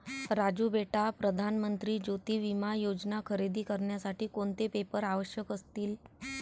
राजू बेटा प्रधान मंत्री ज्योती विमा योजना खरेदी करण्यासाठी कोणते पेपर आवश्यक असतील?